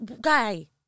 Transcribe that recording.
guy